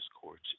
courts